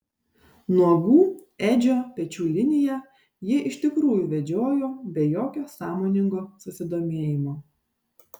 nuogų edžio pečių liniją ji iš tikrųjų vedžiojo be jokio sąmoningo susidomėjimo